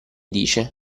dice